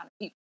people